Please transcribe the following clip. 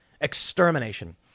extermination